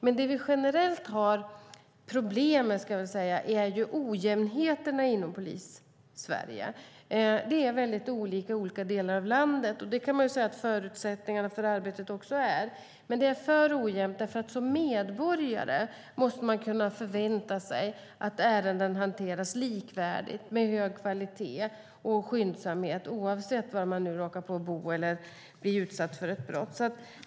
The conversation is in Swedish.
Men det vi generellt har problem med är ojämnheterna inom polisen i Sverige. Det är olika i olika delar av landet, och förutsättningarna för arbetet är också olika. Det är dock för ojämnt. Som medborgare måste man kunna förvänta sig att ärenden hanteras likvärdigt och med hög kvalitet och skyndsamhet, oavsett var man råkar bo eller var man blir utsatt för ett brott.